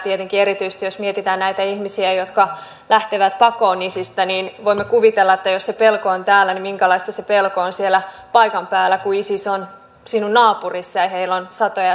ja tietenkin erityisesti jos mietitään näitä ihmisiä jotka lähtevät pakoon isistä voimme kuvitella että jos sitä pelkoa on täällä niin minkälaista se pelko on siellä paikan päällä kun isis on naapurissa ja heitä on satoja ja satoja